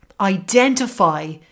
identify